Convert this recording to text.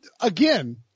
again